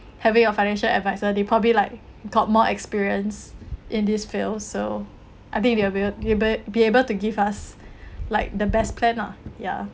having a financial adviser they probably like got more experience in this field so I think they will be will be able to give us like the best plan lah ya